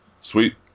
Sweet